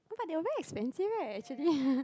but they were very expensive [right] actually